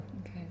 okay